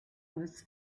was